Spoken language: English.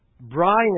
Brian